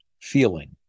feeling